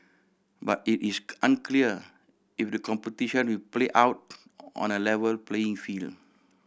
but it is unclear if the competition will play out on a level playing field